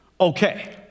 okay